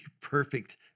perfect